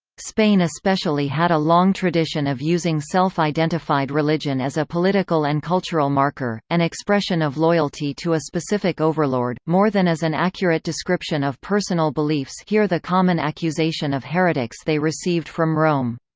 spain especially had a long tradition of using self-identified religion as a political and cultural marker, and expression of loyalty to a specific overlord, more than as an accurate description of personal beliefs here the common accusation of heretics they received from rome.